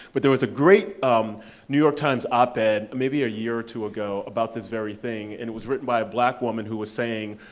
but there was a great um new york times op ed, maybe a year or two ago, about this very thing, and it was written by a black woman who was saying,